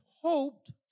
hoped